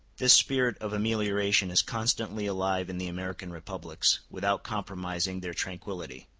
this spirit of amelioration is constantly alive in the american republics, without compromising their tranquillity